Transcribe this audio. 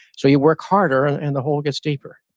so you work harder and the hole gets deeper.